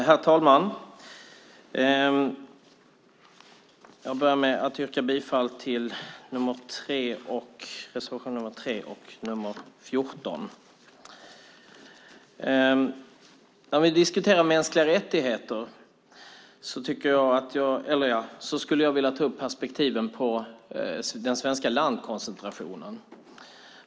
Herr talman! Jag börjar med att yrka bifall till reservationerna nr 3 och nr 14. När vi diskuterar mänskliga rättigheter skulle jag vilja ta upp perspektiven på den svenska landkoncentrationen.